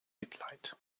mitleid